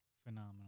Phenomenal